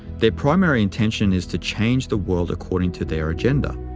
their primary intention is to change the world according to their agenda.